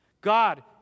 God